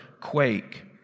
quake